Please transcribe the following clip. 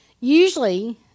usually